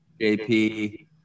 JP